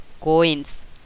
coins